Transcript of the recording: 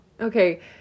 okay